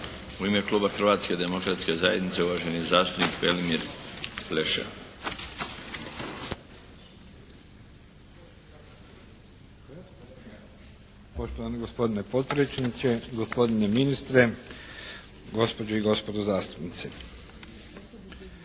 U ime kluba Hrvatske demokratske zajednice, uvaženi zastupnik Velimir Pleša.